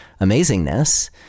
amazingness